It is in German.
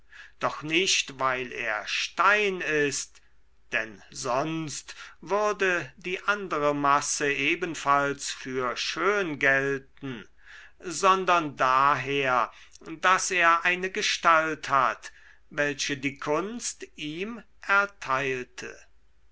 doch nicht weil er stein ist denn sonst würde die andere masse gleichfalls für schön gelten sondern daher daß er eine gestalt hat welche die kunst ihm erteilte